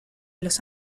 los